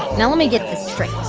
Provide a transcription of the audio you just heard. now, let me get this straight.